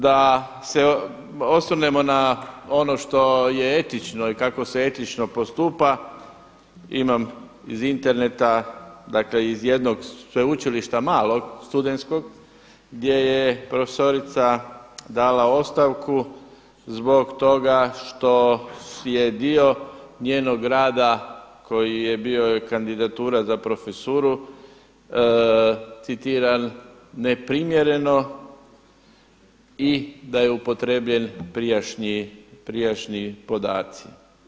Da se osvrnemo na ono što je etično i kako se etično postupa imam iz interneta dakle iz jednog sveučilišta malog studentskog gdje je profesorica dala ostavku zbog toga što je dio njenog rada koji je bio joj kandidatura za profesuru citiran neprimjereno i da je upotrijebljen prijašnji podaci.